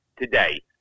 today